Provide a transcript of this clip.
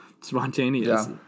spontaneous